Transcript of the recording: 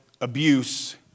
abuse